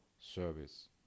service